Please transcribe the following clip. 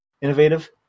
innovative